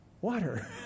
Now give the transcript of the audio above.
water